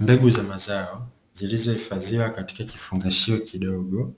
Mbegu za mazao zilizohifadhiwa katika kifungashio kidogo,